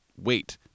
wait